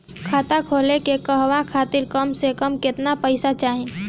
खाता खोले के कहवा खातिर कम से कम केतना पइसा चाहीं?